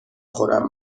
خورم